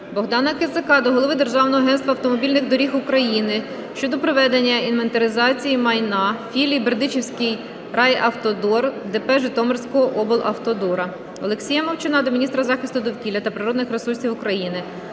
Богдана Кицака до голови Державного агентства автомобільних доріг України щодо проведення інвентаризації майна філії "Бердичівський райавтодор" ДП Житомирського облавтодора. Олексія Мовчана до міністра захисту довкілля та природних ресурсів України,